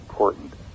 important